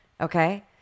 Okay